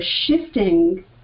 shifting